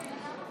לכם.